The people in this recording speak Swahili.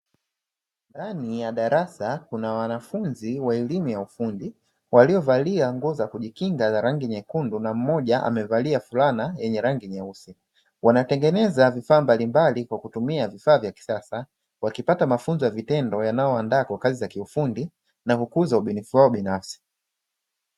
Ndani ya darasa kuna wanafunzi wa elimu ya ufundi, waliovalia nguo za kujikinga na rangi nyekundu na mmoja amevalia fulana yenye rangi nyeusi, wanatengeneza vifaa mbalimbali kwa kutumia vifaa vya kisasa, wakipata mafunzo ya vitendo yanayo waandaa kwa kazi za kiufundi na kukuza ubunifu wao binafsi.